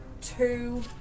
two